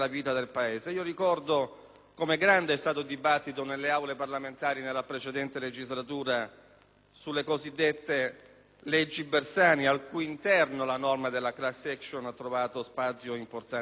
l'ampio dibattito svoltosi nelle Aule parlamentari nella precedente legislatura sulle cosiddette leggi Bersani, al cui interno la norma della *class action* ha trovato spazio importante e significativo.